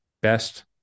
best